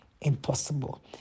impossible